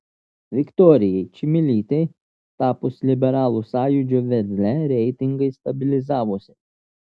viktorijai čmilytei tapus liberalų sąjūdžio vedle reitingai stabilizavosi